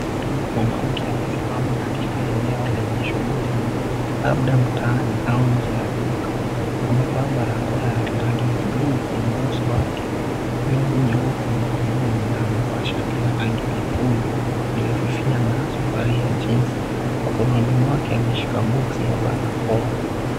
Mwanamke amesimama katika eneo la shughuli nyingi labda mtaani au nje ya duka amevaa barakoa ya rangi ya blue kwenye uso wake, glovu nyeupe mkononi na amevaa shati ya mkono mrefu na suruali ya jeans , mkononi mwake ameshika boxi ya barakoa.